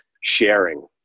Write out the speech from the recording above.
sharing